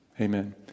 Amen